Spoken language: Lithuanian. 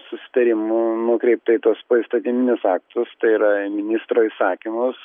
susitarimų nukreipta į tuos poįstatyminius aktus tai yra ministro įsakymus